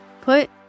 Put